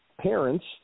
parents